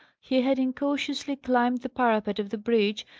he had incautiously climbed the parapet of the bridge,